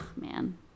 man